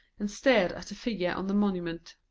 and stared at the figure on the monument.